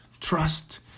Trust